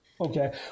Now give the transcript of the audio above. okay